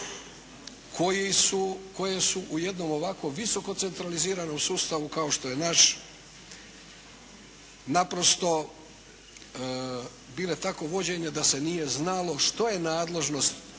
koje su u jednom ovako visokocentraliziranom sustavu kao što je naš naprosto bile tako vođene da se nije znalo što je nadležnost